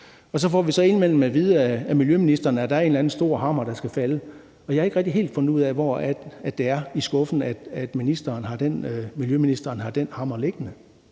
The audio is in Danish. og så får vi så indimellem at vide af miljøministeren, at der er en eller anden stor hammer, der skal falde. Jeg har ikke rigtig helt fundet ud af, hvor i skuffen miljøministeren har den hammer liggende.